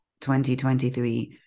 2023